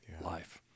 life